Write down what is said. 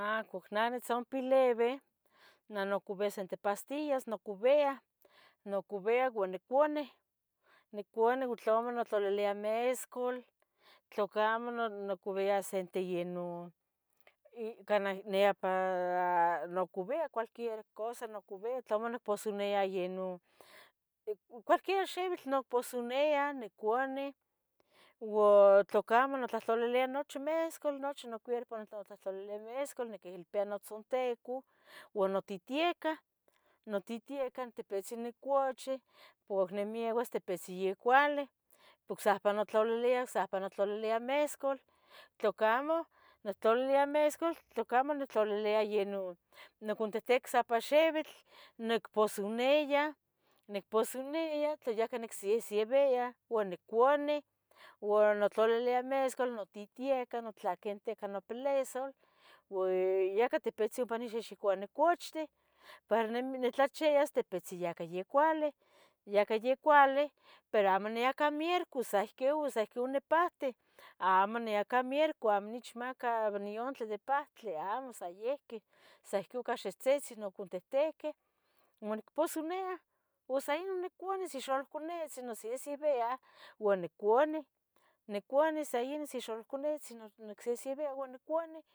Ah, ihcuac neh nitzompilibi neh nucubia sente pastillas nucubia, nucubia ua nicuih, nicunih ua tlamo nimotlalilia mescual, tlacamo nimocubia sente yeh ino canah yepa ha nucubia cualquier cosa nucubia, tlamo nicpusonia yeh ino cualquier xibitl, nicpusonia nicuni, ua tlacamo nimotlahtlalilia nochi mescual nochi nocuierpo nictlatlalilia mescual niquihilpia notzonteco ua notitiecah, notitieca tipitzin ocuachi cuac nimeuas tipitzin ya cuali, ocsehpan notlalilia, ocsehpan notlalilia mescual, tlacamo nictlalilia mescual, tlacamo nictlalilia yeh ino nicuntihtiqui ocsiqui xibitl, nicpusonia, nicpusonia tla yahca nicsesebia ua nicuni, ua notlalilia mescual no titieca notlaquente nopileso uan yahca ompa tipitzin nixihxicua nicuchtih ua yahca nitlachias ocachi titpitzi yacuali, yahca yacuali, pero amo niahhca mierco sa ihquiu sa ihqui onipahtic, amo niahca mierco, amo nechama diontle de pahtli amo sa ihqui, sa ihqui icu xibtzitzi ocontihquih uan nic pusonia, ua sa ino nicuni itch xalohconetzi nic sesebia ua nicuni, nicuni sa ino itch xalohcunetzin nisesebia uan nicuni